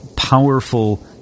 powerful